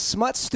Smut